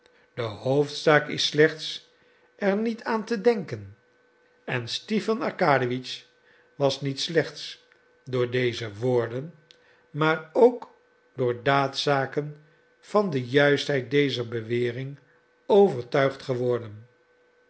de hoofdzaak is slechts er niet aan te denken en stipan arkadiewitsch was niet slechts door deze woorden maar ook door daadzaken van de juistheid dezer bewering overtuigd geworden